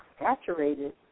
saturated